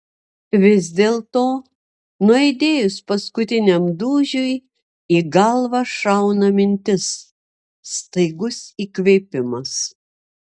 vis dėlto nuaidėjus paskutiniam dūžiui į galvą šauna mintis staigus įkvėpimas